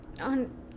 on